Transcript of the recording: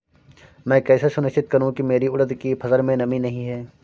मैं कैसे सुनिश्चित करूँ की मेरी उड़द की फसल में नमी नहीं है?